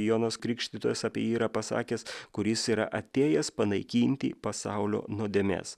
jonas krikštytojas apie jį yra pasakęs kuris yra atėjęs panaikinti pasaulio nuodėmės